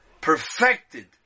perfected